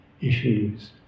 Issues